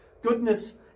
Goodness